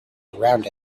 around